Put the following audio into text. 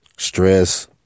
stress